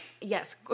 Yes